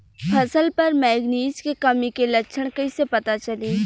फसल पर मैगनीज के कमी के लक्षण कईसे पता चली?